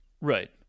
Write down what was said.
Right